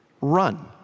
run